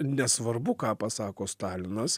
nesvarbu ką pasako stalinas